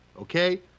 okay